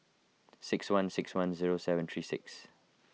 six one six one zero seven three six